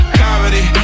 comedy